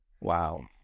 Wow